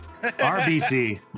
RBC